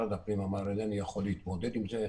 משרד הפנים אמר: אינני יכול להתמודד עם זה,